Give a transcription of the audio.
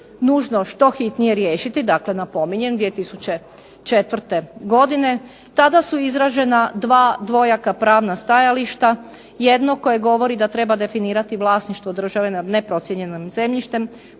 nužno što hitnije riješiti. Dakle, napominjem 2004. godine. Tada su izražena dva dvojaka pravna stajališta. Jedno koje govori da treba definirati vlasništvo države nad neprocijenjenim zemljištem